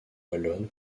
wallonne